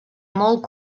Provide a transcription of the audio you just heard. molt